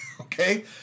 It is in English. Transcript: Okay